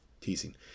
teasing